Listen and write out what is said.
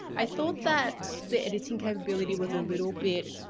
i thought that the editing capability was a little bit